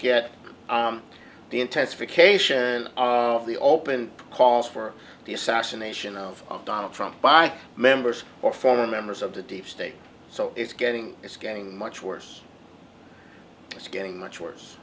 get the intensification of the open calls for the assassination of donald trump by members or former members of the deep state so it's getting it's getting much worse it's getting much worse